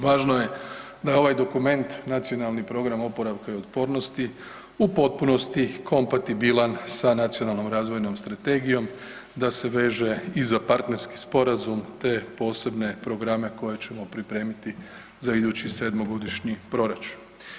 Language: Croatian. Važno je da je ovaj dokument Nacionalni program oporavka i otpornosti u potpunosti kompatibilan sa Nacionalnom razvojnom strategijom, da se veže i za partnerski sporazum te posebne programe koje ćemo pripremiti za idući sedmogodišnji proračun.